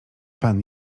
pan